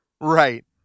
Right